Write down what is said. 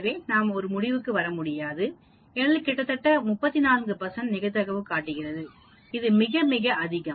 எனவே நாம் முடிவுக்கு வர முடியாது ஏனெனில் இது கிட்டத்தட்ட 34 நிகழ்தகவு காட்டுகிறது இது மிக மிக அதிகம்